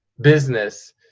business